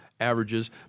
averages